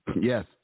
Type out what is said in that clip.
Yes